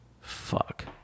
Fuck